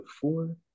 four